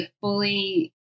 fully